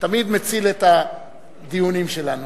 תמיד מציל את הדיונים שלנו.